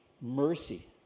Mercy